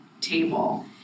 table